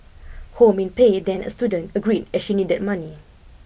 Ho Min Pei then a student agreed as she needed money